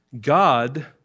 God